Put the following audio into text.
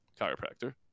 chiropractor